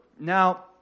Now